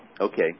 Okay